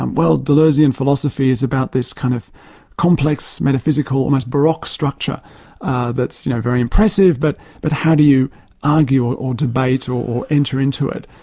um well, deleuzean philosophy is about this kind of complex, metaphysical, almost baroque structure that's you know very impressive, but but how do you argue or or debate or enter into it.